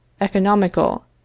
economical